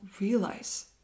realize